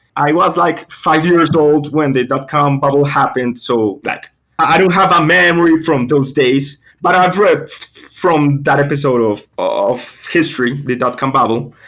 i was like five years old when the dot com bubble happened. so i don't have a memory from those days, but i've read from that episode of of history, the dot com bubble.